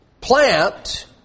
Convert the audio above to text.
plant